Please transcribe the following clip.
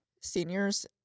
seniors